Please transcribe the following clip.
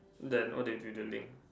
then what do you with the link